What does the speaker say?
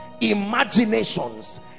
imaginations